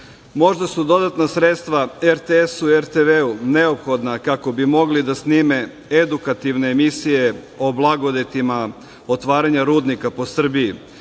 Možda su dodatna sredstva RTS-u i RTV-u neophodna kako bi mogli da snime edukativne emisije o blagodetima otvaranja rudnika po Srbiji